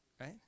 right